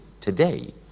today